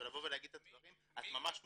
ולבוא ולהגיד את הדברים, את ממש מוזמנת.